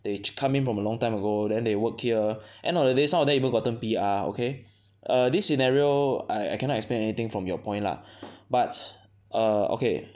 they come in from a long time ago then they work here end of the day some of them even gotten P_R okay err this scenario I I cannot explain anything from your point lah but err okay